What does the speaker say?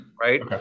right